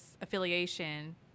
affiliation